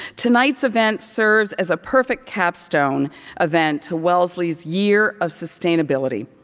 tonight's event serves as a perfect capstone event to wellesley's year of sustainability,